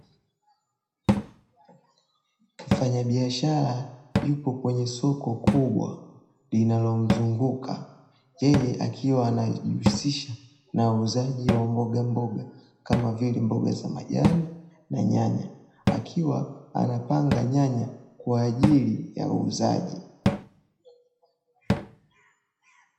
Mfanyabiashara yupo kwenye soko kubwa linalo mzunguka, yeye akiwa anajihusisha na uuzaji wa mbogamboga kama vile mboga za majani na nyanya. Akiwa anapanga nyanya kwa ajili ya uuzaji.